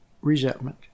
resentment